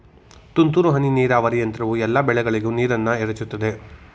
ತುಂತುರು ಹನಿ ನೀರಾವರಿ ಯಂತ್ರವು ಎಲ್ಲಾ ಬೆಳೆಗಳಿಗೂ ನೀರನ್ನ ಎರಚುತದೆ